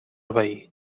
veí